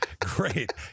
great